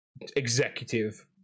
executive